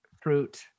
fruit